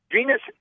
Venus